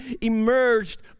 emerged